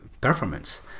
performance